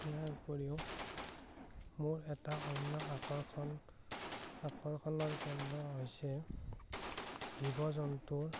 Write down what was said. ইয়াৰ উপৰিও মোৰ এটা অন্য আকৰ্ষণ আকৰ্ষণৰ কেন্দ্ৰ হৈছে জীৱ জন্তুৰ